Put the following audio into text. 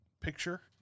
picture